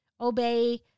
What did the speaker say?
obey